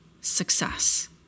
success